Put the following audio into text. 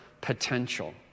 potential